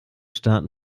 staaten